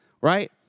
right